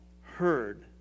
heard